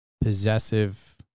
possessive